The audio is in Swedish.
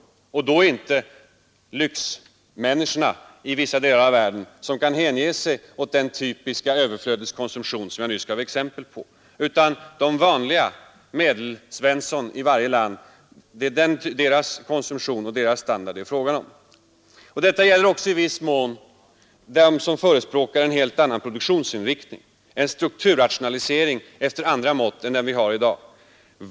Det gäller då inte lyxmänniskorna i vissa delar av världen, som kan hänge sig åt den typiska överflödsproduktion som jag nyss gav exempel på, utan människor av typen Medelsvensson i varje land. Det är deras konsumtion och standard det är fråga om. Detta gäller också i viss mån den som förespråkar en helt annan produktionsinriktning, en strukturrationalisering efter andra mått än de vi har i dag.